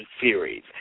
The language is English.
series